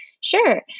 sure